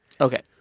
okay